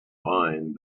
mind